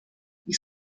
ich